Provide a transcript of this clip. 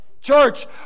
church